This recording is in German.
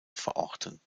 verorten